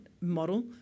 model